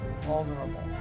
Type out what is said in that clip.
vulnerable